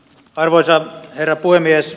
arvoisa herra puhemies